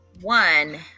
One